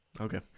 Okay